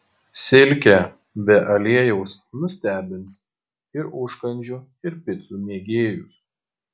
silkė be aliejaus nustebins ir užkandžių ir picų mėgėjus